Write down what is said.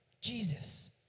Jesus